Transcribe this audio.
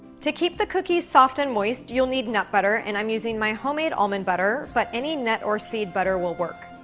to keep the cookies soft and moist, you'll need nut butter, and i'm using my homemade almond butter. but any nut or seed butter will work.